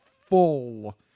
full